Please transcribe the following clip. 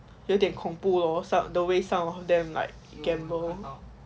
有点恐怖咯 some the way some of them like gamble